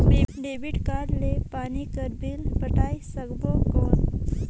Debit card ले पानी कर बिल पटाय सकबो कौन?